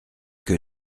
que